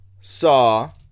saw